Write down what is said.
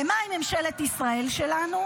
ומה עם ממשלת ישראל שלנו?